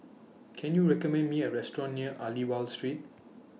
Can YOU recommend Me A Restaurant near Aliwal Street